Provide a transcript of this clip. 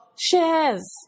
shares